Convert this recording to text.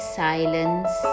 silence